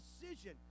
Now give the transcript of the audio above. decision